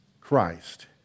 Christ